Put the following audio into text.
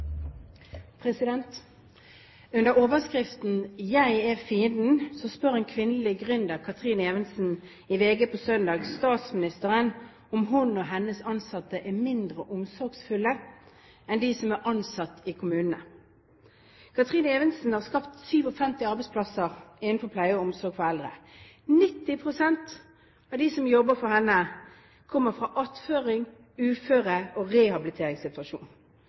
Under overskriften «Jeg er fienden» spør en kvinnelig gründer, Kathrine Evensen, i VG på søndag statsministeren om hun og hennes ansatte er mindre omsorgsfulle enn de som er ansatt i kommunene. Kathrine Evensen har skapt 57 arbeidsplasser innenfor pleie og omsorg for eldre. 90 pst. av dem som jobber for henne, kommer fra en attførings-, uføre- og rehabiliteringssituasjon.